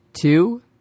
Two